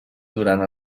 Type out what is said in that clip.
durant